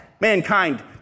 mankind